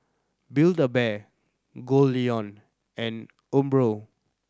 Build A Bear Goldlion and Umbro